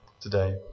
today